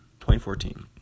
2014